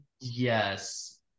yes